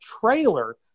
trailer